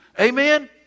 Amen